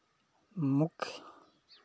मुख्य